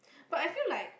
but I feel like